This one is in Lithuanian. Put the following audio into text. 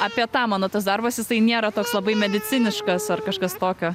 apie tą mano tas darbas jisai nėra toks labai mediciniškas ar kažkas tokio